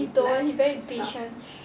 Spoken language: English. ya he don't he very impatient